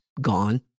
gone